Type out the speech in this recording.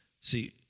See